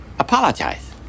Apologize